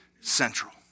central